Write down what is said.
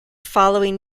following